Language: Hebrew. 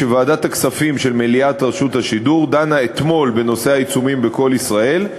שוועדת הכספים של מליאת רשות השידור דנה אתמול בעיצומים ב"קול ישראל",